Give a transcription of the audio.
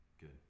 Good